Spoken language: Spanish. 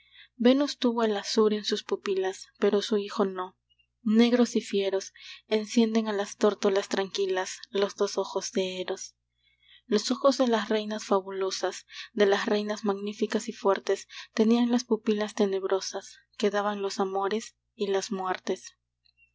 venus tuvo el azur en sus pupilas pero su hijo no negros y fieros encienden a las tórtolas tranquilas los dos ojos de eros los ojos de las reinas fabulosas de las reinas magníficas y fuertes tenían las pupilas tenebrosas que daban los amores y las muertes